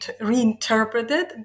reinterpreted